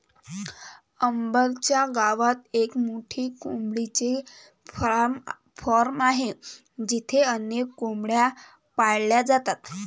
अंबर च्या गावात एक मोठे कोंबडीचे फार्म आहे जिथे अनेक कोंबड्या पाळल्या जातात